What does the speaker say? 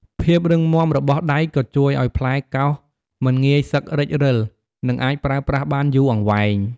ភាពរឹងមាំរបស់ដែកក៏ជួយឲ្យផ្លែកោសមិនងាយសឹករិចរិល និងអាចប្រើប្រាស់បានយូរអង្វែង។